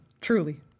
truly